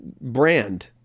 Brand